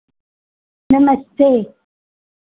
नमस्ते